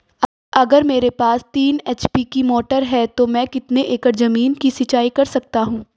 अगर मेरे पास तीन एच.पी की मोटर है तो मैं कितने एकड़ ज़मीन की सिंचाई कर सकता हूँ?